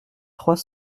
trois